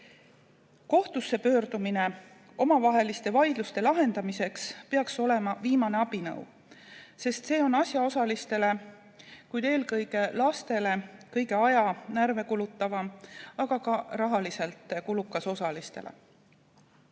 Kohtusse pöördumine omavaheliste vaidluste lahendamiseks peaks olema viimane abinõu, sest see on asjaosalistele, eelkõige lastele, kõige rohkem aega ja närve kulutav, aga ka rahaliselt kulukas. Samas